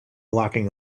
locking